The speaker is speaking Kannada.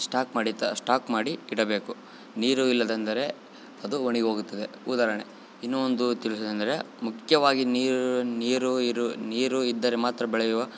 ಸ್ಟಾಕ್ ಮಾಡಿತ ಸ್ಟಾಕ್ ಮಾಡಿ ಇಡಬೇಕು ನೀರು ಇಲ್ಲದೆಂದರೆ ಅದು ಒಣಗಿ ಹೋಗುತ್ತದೆ ಉದಾಹರ್ಣೆ ಇನ್ನು ಒಂದು ತಿಳಿಸುದೆಂದರೆ ಮುಖ್ಯವಾಗಿ ನೀರು ನೀರು ಇರು ನೀರು ಇದ್ದರೆ ಮಾತ್ರ ಬೆಳೆಯುವ